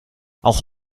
auch